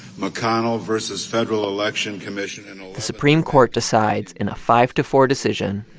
mcconnell vs. federal election commission. and the supreme court decides, in a five to four decision.